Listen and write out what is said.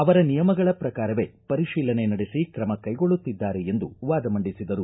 ಅವರ ನಿಯಮಗಳ ಪ್ರಕಾರವೇ ಪರಿಶೀಲನೆ ನಡೆಸಿ ಕ್ರಮ ಕೈಗೊಳ್ಳುತ್ತಿದ್ದಾರೆ ಎಂದು ವಾದ ಮಂಡಿಸಿದರು